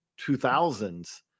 2000s